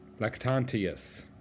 Lactantius